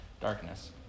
darkness